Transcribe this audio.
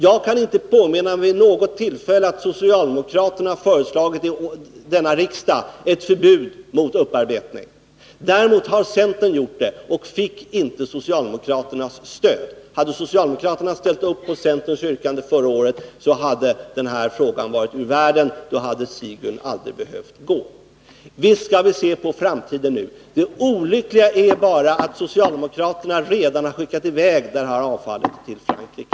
Jag kan inte påminna mig att socialdemokraterna vid något tillfälle i denna riksdag föreslagit ett förbud mot upparbetning. Det har däremot centern gjort och fick då inte socialdemokraternas stöd. Hade socialdemokraterna ställt upp bakom centerns yrkande i det avseendet förra året, hade den här frågan varit ur världen. Då hade Sigyn aldrig behövt gå. Visst skall vi nu se framåt. Det olyckliga är bara att socialdemokraterna redan har skickat iväg avfallet till Frankrike!